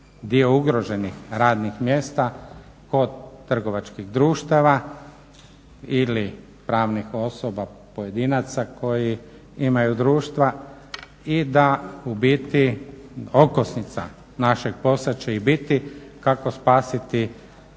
dio ugroženih radnih mjesta kod trgovačkih društava ili pravnih osoba pojedinaca koji imaju društva i da ubiti okosnica našeg posla će i biti kako spasiti